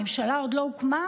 כי הממשלה אפילו עוד לא הוקמה,